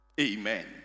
Amen